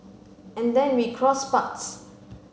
and then we crossed paths